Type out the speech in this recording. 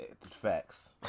Facts